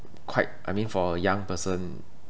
quite I mean for a young person